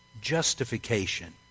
justification